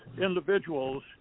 individuals